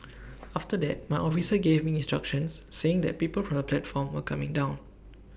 after that my officer gave me instructions saying that people from the platform were coming down